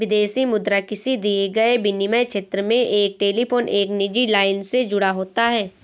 विदेशी मुद्रा किसी दिए गए विनिमय क्षेत्र में एक टेलीफोन एक निजी लाइन से जुड़ा होता है